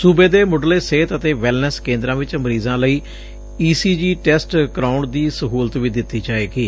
ਸੂਬੇ ਦੇ ਮੁੱਢਲੇ ਸਿਹਤ ਅਤੇ ਵੈੱਲਨੈੱਸ ਕੇਂਦਰਾਂ ਚ ਮਰੀਜ਼ਾਂ ਲਈ ਈ ਸੀ ਜੀ ਟੈਸਟ ਕਰਵਾਉਣ ਦੀ ਸਹੁਲਤ ਵੀ ਦਿੱਡੀ ਜਾਵੇਗੀ